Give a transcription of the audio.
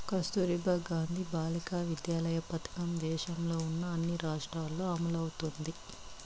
కస్తుర్బా గాంధీ బాలికా విద్యాలయ పథకం దేశంలో ఉన్న అన్ని రాష్ట్రాల్లో అమలవుతోంది